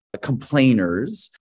complainers